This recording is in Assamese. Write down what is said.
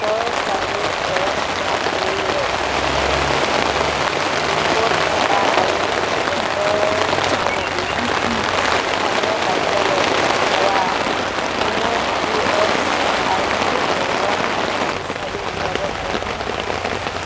ছয় চাৰি এক সাত দুই এক পিন পিন ক'ড থকা আৰু কেন্দ্ৰৰ ধৰণ স্থানীয় কাৰ্যালয় হোৱা কোনো ই এছ আই চি কেন্দ্ৰ আপুনি বিচাৰি উলিয়াব পাৰিবনে